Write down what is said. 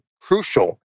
crucial